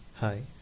Hi